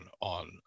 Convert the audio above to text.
on